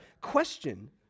question